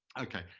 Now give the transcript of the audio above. okay,